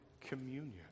communion